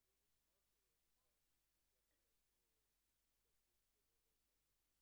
וקובעת שכל קשיש גם מהאלפיון העליון או